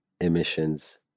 emissions